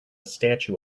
statue